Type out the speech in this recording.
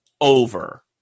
over